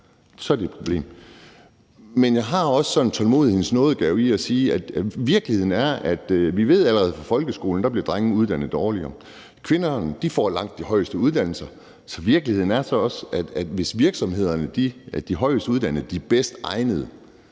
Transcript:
er det et problem. Men jeg har også sådan tålmodighedens nådegave i forhold til at sige, at virkeligheden er, at vi ved, at allerede i folkeskolen bliver drengene uddannet dårligere, og at kvinderne får langt de højeste uddannelser. Virkeligheden er så også, at i virksomhederne er det de højest uddannede og de bedst egnede,